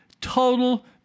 Total